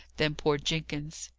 than poor jenkins.